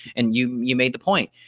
and you you made the point,